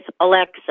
Alexa